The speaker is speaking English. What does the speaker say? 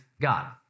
God